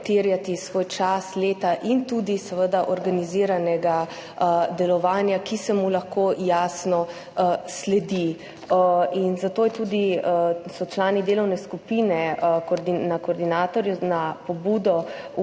terjati svoj čas, leta in tudi seveda organiziranega delovanja, ki se mu lahko jasno sledi. In zato so člani delovne skupine na koordinatorju na pobudo